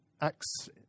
acts